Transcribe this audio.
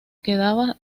quedaba